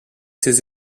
ses